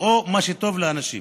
או למה שטוב לאנשים.